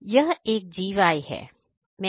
यह एक GY